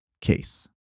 case